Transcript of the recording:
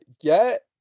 get